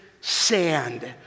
sand